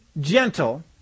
gentle